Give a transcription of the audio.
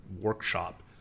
workshop